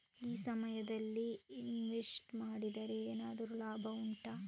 ಈ ಸಮಯದಲ್ಲಿ ಇನ್ವೆಸ್ಟ್ ಮಾಡಿದರೆ ಏನಾದರೂ ಲಾಭ ಉಂಟಾ